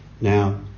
Now